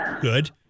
Good